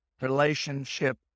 relationship